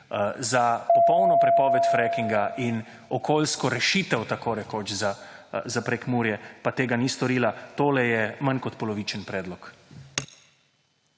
za polno prepoved frackinga in okoljsko rešitev takorekoč za Prekmurje, pa tega ni storila. Tole je manj kot polovičen predlog.